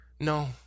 No